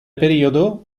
periodo